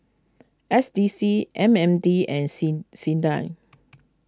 S D C M M D and sing Sinda